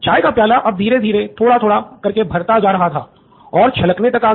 चाय का प्याला अब धीरे धीरे थोड़ा थोड़ा करके भरता जा रहा था और छलकने तक आ गया